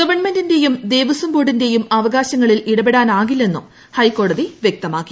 ഗവൺമെന്റിന്റെയും ദേവസ്വം ബ്ബോർഡ്ടിന്റേയും അവകാശങ്ങളിൽ ഇടപെടാനാകില്ലെന്നും ഹൈക്കോട്ടതി വൃക്തമാക്കി